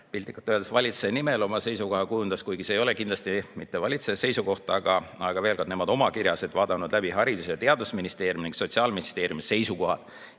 piltlikult öeldes valitsuse nimel oma seisukoha kujundas, kuigi see ei ole kindlasti mitte valitsuse seisukoht. Aga nemad olid vaadanud läbi Haridus- ja Teadusministeeriumi ning Sotsiaalministeeriumi seisukohad